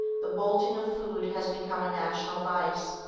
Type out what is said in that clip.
the bolting of food has become a national vice.